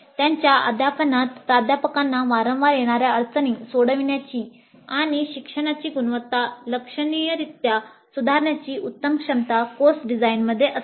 त्यांच्या अध्यापनात प्राध्यापकांना वारंवार येणाऱ्या अडचणी सोडविण्याची आणि शिक्षणाची गुणवत्ता लक्षणीयरीत्या सुधारण्याची उत्तम क्षमता कोर्स डिझाइनमध्ये असते